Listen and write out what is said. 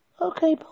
Okay